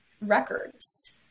records